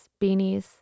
beanies